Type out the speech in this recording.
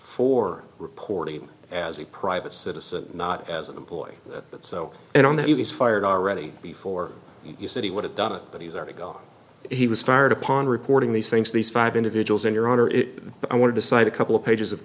for reporting as a private citizen not as an employee but so and on that he was fired already before you said he would have done it but he's already gone he was fired upon reporting these things these five individuals in your honor it but i want to cite a couple of pages of